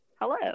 hello